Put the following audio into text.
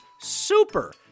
super